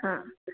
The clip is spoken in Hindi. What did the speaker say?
हाँ